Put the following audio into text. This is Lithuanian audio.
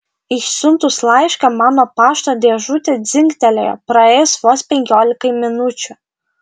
išsiuntus laišką mano pašto dėžutė dzingtelėjo praėjus vos penkiolikai minučių